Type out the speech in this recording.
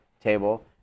table